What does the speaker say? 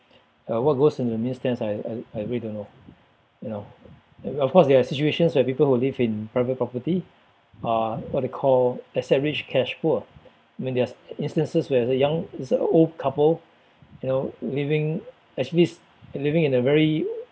uh what goes into the means test I I I really don't know you know of course there are situations where people who live in private property are what they call established cash-poor when there are instances where the young it's a old couple you know living actually is living in a very